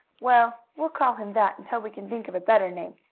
well, we'll call him that until we can think of a better name.